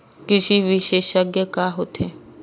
कृषि विशेषज्ञ का होथे?